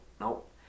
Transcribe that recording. nope